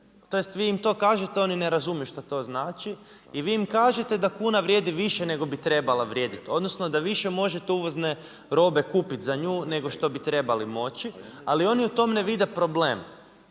tj. vi im to kažete a oni ne razumiju što to znači i vi im kažete da kuna vrijedi više nego bi trebala vrijediti, odnosno da više možete uvozne robe kupiti za nju nego što bi trebali moći ali oni u tome ne vide problem.